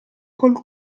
col